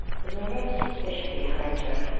the murmur of suspicion behind her,